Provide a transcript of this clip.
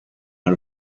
out